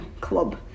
club